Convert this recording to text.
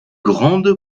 grande